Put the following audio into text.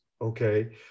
Okay